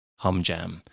HumJam